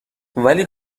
ولی